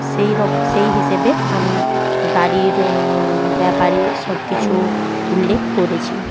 সেই রক সেই হিসেবে আমি গাড়ির ব্যাপারে সব কিছু উল্লেখ করেছি